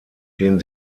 den